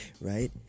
Right